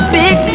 big